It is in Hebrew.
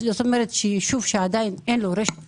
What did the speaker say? יישוב שאין לו עדיין רשת ביוב,